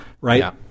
right